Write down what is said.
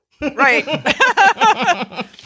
right